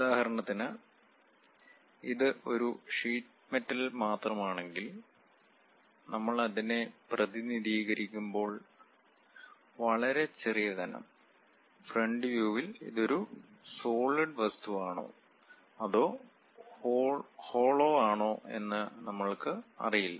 ഉദാഹരണത്തിന് ഇത് ഒരു ഷീറ്റ് മെറ്റൽ മാത്രമാണെങ്കിൽ നമ്മൾ അതിനെ പ്രതിനിധീകരിക്കുമ്പോൾ വളരെ ചെറിയ കനം ഫ്രണ്ട് വ്യൂവിൽ ഇത് ഒരു സോളിഡ് വസ്തുവാണോ അതോ ഹോളോ ആണോ എന്ന് നമ്മൾക്ക് അറിയില്ല